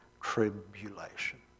tribulation